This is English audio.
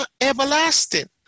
everlasting